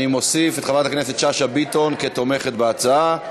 48 בעד, ללא מתנגדים.